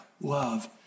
love